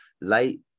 light